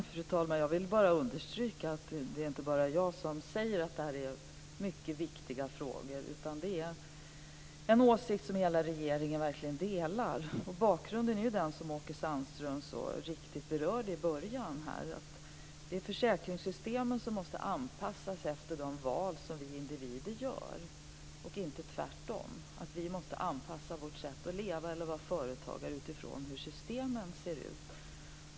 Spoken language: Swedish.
Fru talman! Jag vill bara understryka att det inte bara är jag som säger att detta är mycket viktiga frågor, utan det är en åsikt som hela regeringen verkligen delar. Bakgrunden är den som Åke Sandström så riktigt berörde i början, att det är försäkringssystemen som måste anpassas efter de val som vi individer gör och inte tvärtom, dvs. att vi måste anpassa vårt sätt att leva eller vara företagare utifrån hur systemen ser ut.